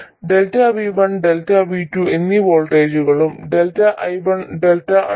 ΔV1 ΔV2 എന്നീ വോൾട്ടേജുകളും ΔI1 ΔI2